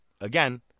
again